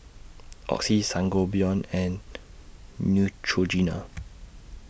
Oxy Sangobion and Neutrogena